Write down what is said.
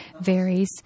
varies